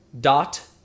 dot